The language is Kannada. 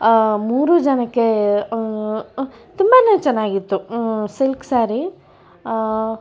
ಮೂರು ಜನಕ್ಕೆ ತುಂಬನೇ ಚೆನ್ನಾಗಿತ್ತು ಸಿಲ್ಕ್ ಸಾರಿ